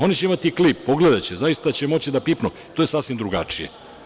Oni će imati klip, pogledaće, zaista će moći da pipnu, to je sasvim drugačije.